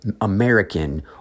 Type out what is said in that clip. American